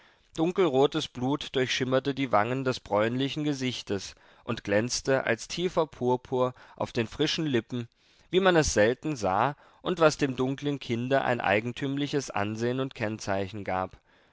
dunkelrotes blut durchschimmerte die wangen des bräunlichen gesichtes und glänzte als tiefer purpur auf den frischen lippen wie man es selten sah und was dem dunklen kinde ein eigentümliches ansehen und kennzeichen gab